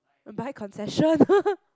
buy concession